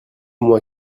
moi